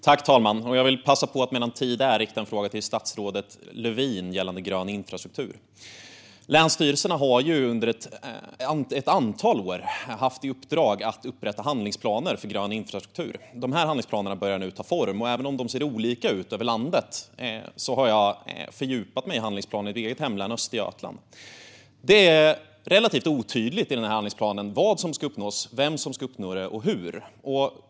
Herr talman! Jag vill passa på att, medan tid är, rikta en fråga till statsrådet Lövin gällande grön infrastruktur. Länsstyrelserna har under ett antal år haft i uppdrag att upprätta handlingsplaner för grön infrastruktur. Dessa handlingsplaner börjar nu ta form. De ser olika ut över landet; jag har fördjupat mig i handlingsplanen för mitt hemlän Östergötland. Det är relativt otydligt i handlingsplanen vad som ska uppnås, vem som ska uppnå det och hur.